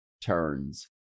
turns